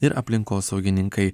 ir aplinkosaugininkai